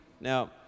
Now